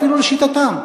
אפילו לשיטתם?